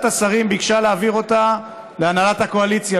השרים ביקשה להעביר אותה להנהלת הקואליציה,